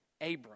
Abram